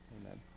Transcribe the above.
amen